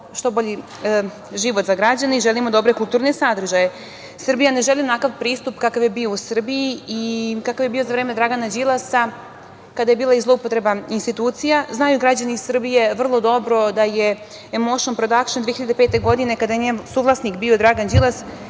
što bolji život za građane i želimo dobre kulturne sadržaje. Srbija ne želi onakav pristup kakav je bio u Srbiji za vreme Dragana Đilasa, kada je bilo i zloupotreba institucija. Znaju građani Srbije vrlo dobro da je „Emoušn prodakšn“ 2005. godine, kada je njen suvlasnik bio Dragan Đilas,